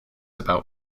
about